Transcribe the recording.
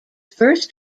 first